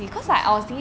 你可以想 ah